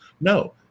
No